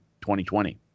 2020